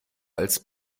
als